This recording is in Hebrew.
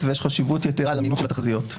ויש חשיבות יתרה למימוש התחזיות.